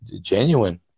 genuine